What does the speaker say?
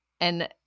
And-